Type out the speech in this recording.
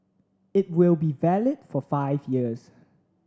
it will be valid for five years